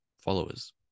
followers